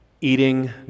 Eating